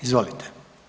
Izvolite.